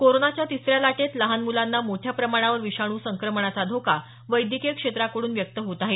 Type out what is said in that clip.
कोरोनाच्या तिसऱ्या लाटेत लहान मुलांना मोठ्या प्रमाणावर विषाणू संक्रमणाचा धोका वैद्यकीय क्षेत्राकडून व्यक्त होत आहे